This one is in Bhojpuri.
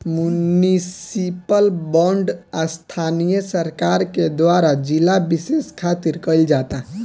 मुनिसिपल बॉन्ड स्थानीय सरकार के द्वारा जिला बिशेष खातिर कईल जाता